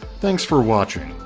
thanks for watching,